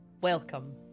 Welcome